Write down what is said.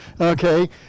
Okay